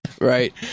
right